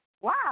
wow